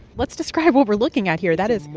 let's describe what we're looking at here. that is.